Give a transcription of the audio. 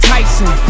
Tyson